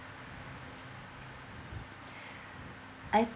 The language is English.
I